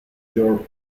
york